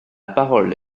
parole